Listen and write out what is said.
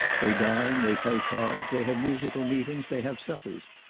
they dine, they play cards, they have musical meetings, they have suppers,